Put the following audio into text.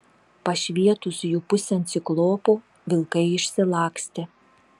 pašvietus jų pusėn ciklopu vilkai išsilakstė